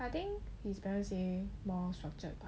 I think his parents say more structured bah